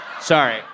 Sorry